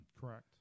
Correct